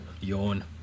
Yawn